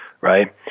right